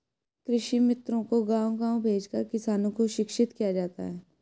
कृषि मित्रों को गाँव गाँव भेजकर किसानों को शिक्षित किया जाता है